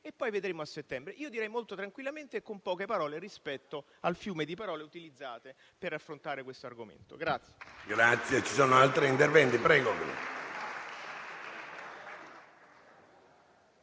e poi vedremo a settembre. Lo direi molto tranquillamente e con poche parole rispetto al fiume di parole utilizzate per affrontare questo argomento.